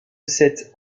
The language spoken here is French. cette